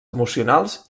emocionals